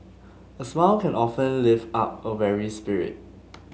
a smile can often lift up a weary spirit